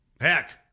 heck